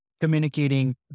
communicating